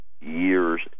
years